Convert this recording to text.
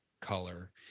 color